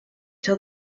till